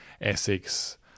Essex